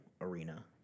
arena